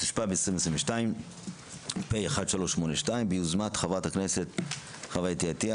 התשפ"ב-2022 (פ/1382) ביוזמת חברת הכנסת אתי עטיה